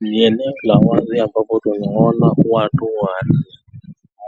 Ni eneo la wazi ambapo tunaona watu wanne,